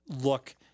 look